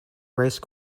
race